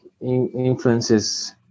influences